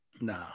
No